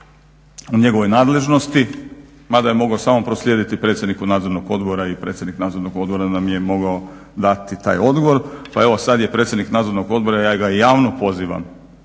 u njegovoj nadležnosti mada je mogao samo proslijediti predsjedniku nadzornog odbora i predsjednik nadzornog odbora nam je mogao dati taj odgovor. Pa evo sad je predsjednik nadzornog odbora ja ga javno pozivam,